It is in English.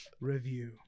review